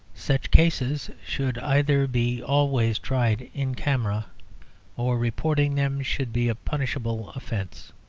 such cases should either be always tried in camera or reporting them should be a punishable offence.